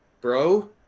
bro